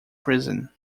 prison